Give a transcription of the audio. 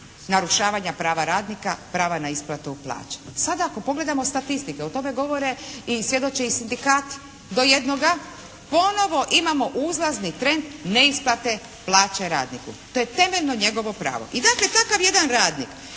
narušavanja prava radnika, prava na isplatu plaća. I sada ako pogledamo statistike, o tome govore i svjedoče i sindikati, do jednoga, ponovno imamo uzlazni trend neisplate plaće radniku. To je temeljno njegovo pravo. I dakle takav jedan radnik